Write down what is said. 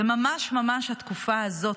זו ממש ממש התקופה הזו.